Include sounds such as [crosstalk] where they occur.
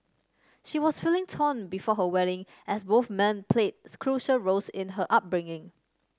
she was feeling torn before her wedding as both men played [unintelligible] crucial roles in her upbringing